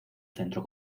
centro